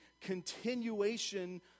continuation